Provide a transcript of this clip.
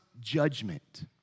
judgment